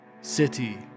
city